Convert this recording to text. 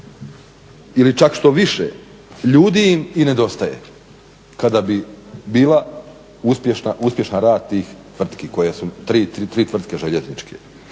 ili čak štoviše, ljudi im i nedostaje kada bi bila uspješna rad tih tvrtki koje su, tri tvrtke željezničke.